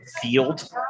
field